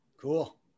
Cool